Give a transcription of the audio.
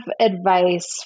advice